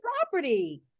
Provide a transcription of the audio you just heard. property